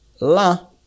La